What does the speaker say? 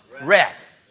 Rest